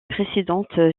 précédentes